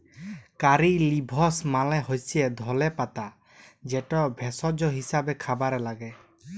কারী leaves মালে হচ্যে ধলে পাতা যেটা ভেষজ হিসেবে খাবারে লাগ্যে